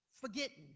forgetting